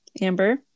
Amber